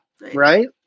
Right